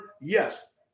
yes